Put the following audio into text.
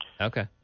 Okay